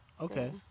okay